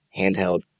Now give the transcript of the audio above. handheld